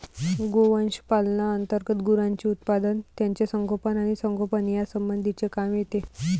गोवंश पालना अंतर्गत गुरांचे उत्पादन, त्यांचे संगोपन आणि संगोपन यासंबंधीचे काम येते